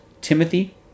Timothy